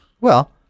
Well-